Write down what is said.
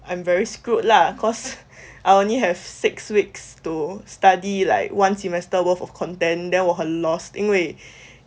I'm very screwed lah cause I only have six weeks to study like one semester worth of content then 我很 lost 因为